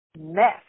mess